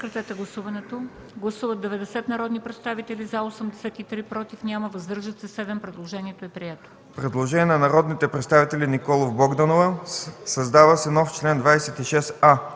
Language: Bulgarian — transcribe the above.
Предложение на народните представители Николов и Богданова – създава се нов член 26а: